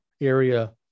area